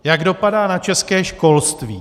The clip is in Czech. Jak dopadá na české školství?